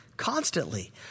Constantly